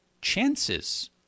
chances